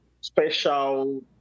special